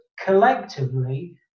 collectively